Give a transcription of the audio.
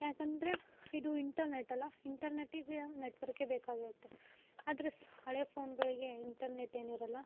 ಯಾಕಂದರೆ ಇದು ಇಂಟರ್ನೆಟ್ ಅಲ್ಲ ಇಂಟರ್ನೆಟ್ಟಿಗೆ ನೆಟ್ವರ್ಕೆ ಬೇಕಾಗಿರುತ್ತೆ ಆದರೆ ಹಳೆ ಫೋನ್ಗಳಿಗೆ ಇಂಟರ್ನೆಟ್ ಏನು ಇರೋಲ್ಲ